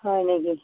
হয় নেকি